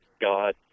God